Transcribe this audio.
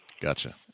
Gotcha